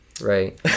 right